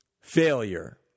failure